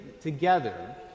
together